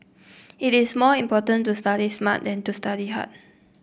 it is more important to study smart than to study hard